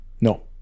No